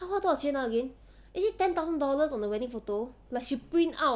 她花多少钱 ah again is it ten thousand dollar on the wedding photo plus she print out